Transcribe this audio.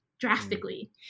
Drastically